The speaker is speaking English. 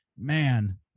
Man